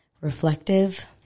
reflective